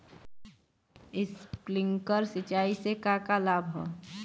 Sprinkler सिंचाई से का का लाभ ह?